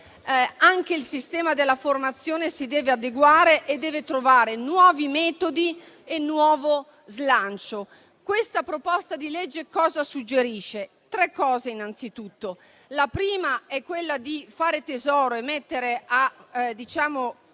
anche il sistema della formazione si deve adeguare e trovare nuovi metodi e nuovo slancio. Questa proposta di legge suggerisce tre cose. La prima è quella di fare tesoro e mettere a